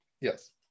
yes